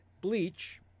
bleach